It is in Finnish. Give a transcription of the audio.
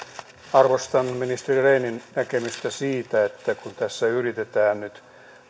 arvostan ministeri rehnin näkemystä siitä että kun tässä yritetään nyt